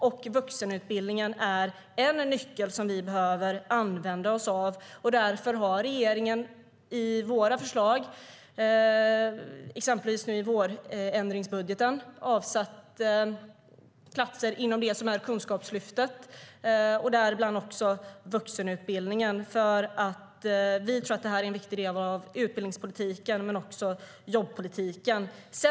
Och vuxenutbildningen är en nyckel som vi behöver använda oss av. Därför har regeringen i våra förslag, i exempelvis vårändringsbudgeten, avsatt platser inom Kunskapslyftet och däribland också vuxenutbildningen. Vi tror nämligen att det här är en viktig del av utbildningspolitiken men också jobbpolitiken.